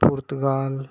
Portugal